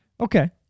Okay